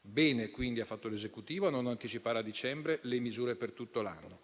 Bene quindi ha fatto l'Esecutivo a non anticipare a dicembre le misure per tutto l'anno,